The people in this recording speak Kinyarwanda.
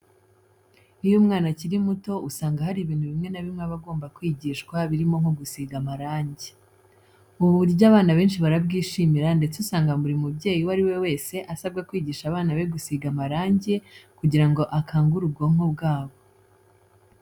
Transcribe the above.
Iyo umwana akiri muto usanga hari ibintu bimwe na bimwe aba agomba kwigishwa birimo nko gusiga amarange. Ubu buryo abana benshi barabwishimira ndetse usanga buri mubyeyi uwo ari we wese asabwa kwigisha abana be gusiga amarange kugira ngo akangure ubwonko bwabo.